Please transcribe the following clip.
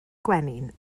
gwenyn